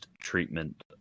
treatment